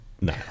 No